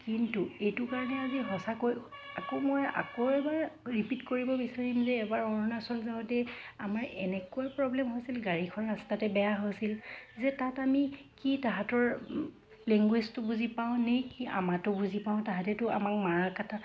কিন্তু এইটো কাৰণে আজি সঁচাকৈ আকৌ মই আকৌ এবাৰ ৰিপিট কৰিব বিচাৰিম যে এবাৰ অৰুণাচল যাওঁতে আমাৰ এনেকুৱা প্ৰব্লেম হৈছিল গাড়ীখন ৰাস্তাতে বেয়া হৈছিল যে তাত আমি কি সিহঁতৰ লেংগুৱেজটো বুজি পাওঁ নে কি আমাৰতো বুজি পাওঁ সিহঁতেতো আমাক মৰা কটা